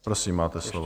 Prosím, máte slovo.